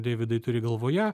deividai turi galvoje